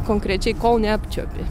konkrečiai kol neapčiuopi